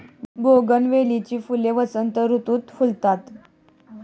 बोगनवेलीची फुले वसंत ऋतुत फुलतात